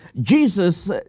Jesus